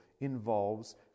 involves